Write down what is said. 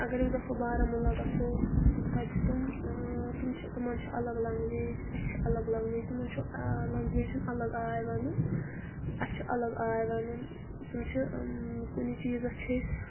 اگر أسۍ گژھو بارہمولہ گژھو تتہِ چھِ تِم تِم چھِ تِمن چھ الگ لنٛگویج چھِ الگ لنٛگویج تِمن چھُ لنٛگویجُن الگ آے ونُن اسہِ چھُ الگ آے وُنن تِم چھِ کُنہِ چیٖزس چھِ أسۍ